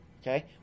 Okay